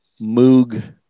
Moog